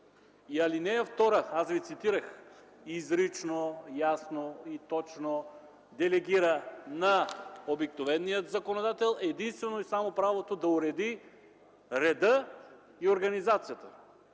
ал. 1. Аз ви цитирах ал. 2, че изрично, ясно и точно делегира на обикновения законодател единствено и само правото да уреди реда и организацията